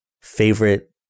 favorite